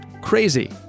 crazy